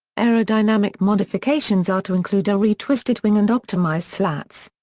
aerodynamic modifications are to include a re-twisted wing and optimised slats.